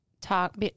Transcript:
talk